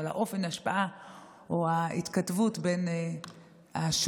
אבל אופן ההשפעה או ההתכתבות בין השואה,